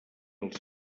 els